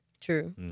True